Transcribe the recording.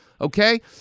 Okay